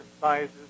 sizes